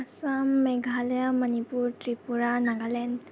Assam Meghalaya Manipur Tripura Nagaland